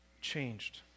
changed